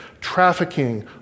trafficking